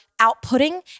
outputting